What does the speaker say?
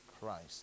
Christ